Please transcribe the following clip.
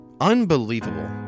Unbelievable